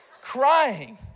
crying